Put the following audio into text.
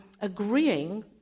agreeing